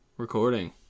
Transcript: Recording